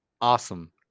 awesome